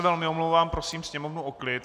Velmi se omlouvám, prosím sněmovnu o klid!